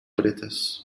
pretas